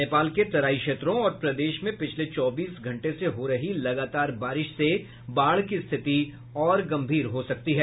नेपाल के तराई क्षेत्रों और प्रदेश में पिछले चौबीस घंटे से हो रही लगातार बारिश से बाढ़ की स्थिति और गम्भीर हो सकती है